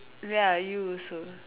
ya you also